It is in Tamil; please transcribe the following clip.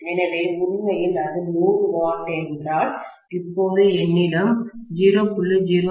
எனவே உண்மையில் அது 100 வாட் என்றால் இப்போது என்னிடம் 0